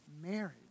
marriage